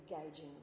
engaging